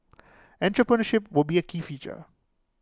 entrepreneurship would be A key feature